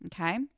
Okay